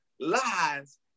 lies